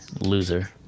loser